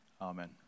amen